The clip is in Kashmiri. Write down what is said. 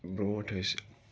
برٛونٛٹھ ٲسۍ